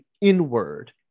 inward